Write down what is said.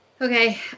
Okay